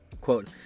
Quote